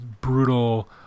brutal